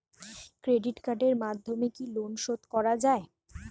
Credit কার্ডের মাধ্যমে কি লোন শোধ করা যায়?